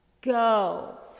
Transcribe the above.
go